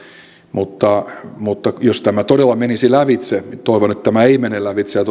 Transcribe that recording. mutta mutta jos tämä todella menisi lävitse toivon että tämä epäoikeudenmukainen kohtelu ei mene lävitse ja